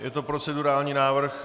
Je to procedurální návrh.